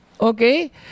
Okay